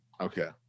okay